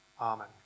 Amen